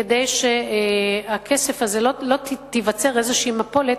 כדי שלא תיווצר איזושהי מפולת